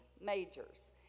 majors